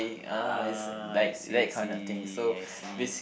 ah I see I see I see